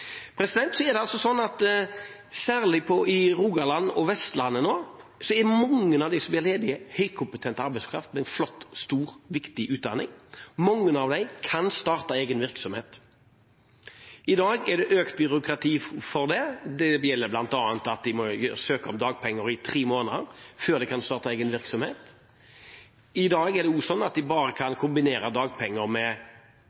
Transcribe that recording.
Så er det slik nå at særlig i Rogaland og på Vestlandet ellers er mange av de som blir ledige, høykompetent arbeidskraft, med en flott, høy og viktig utdanning. Mange av dem kan starte egen virksomhet. I dag er det økt byråkrati for det. De må bl.a. søke om dagpenger i tre måneder før de kan starte egen virksomhet. I dag er det også slik at de bare kan kombinere dagpenger med egen virksomhetsplan i ni måneder. Regjeringen foreslår å utvide, slik at en kan